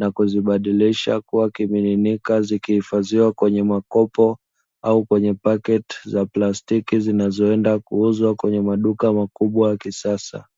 a kuzibadilisha kuwa kimiminika, zikihifadhiwa wenye makopo au kwenye paketi za plastiki zinazoenda kuuzwa kwenye maduka makubwa ya kisasa.